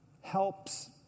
helps